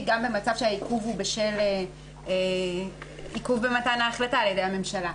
גם במצב שהעיכוב במתן ההחלטה הוא על ידי הממשלה.